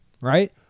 right